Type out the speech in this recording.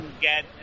get